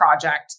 project